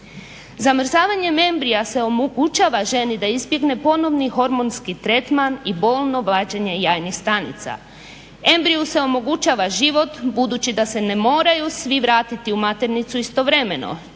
Zamrzavanjem embrija se omogućava ženi da izbjegne ponovni hormonski tretman i bolno vađenje jajnih stanica. Embriju se omogućava život budući da se ne moraju svi vratiti u maternicu istovremeno